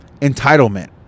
Entitlement